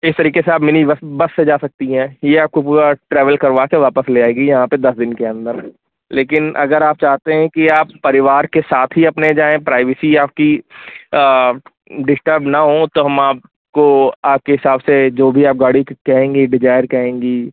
इस तरीके से आप मिनी बस बस से जा सकती हैं ये आपको पूरा ट्रैवल करवा के वापस ले आएगी यहाँ पर दस दिन के अंदर लेकिन अगर आप चाहते हैं कि आप परिवार के साथ ही अपने जायें प्राइवेसी आपकी डिस्टर्ब ना हो तो हम आपको आपके हिसाब से जो गाड़ी आप कहेंगे डिज़ायर कहेंगी